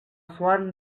swan